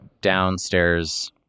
downstairs